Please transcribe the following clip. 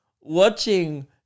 watching